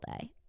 day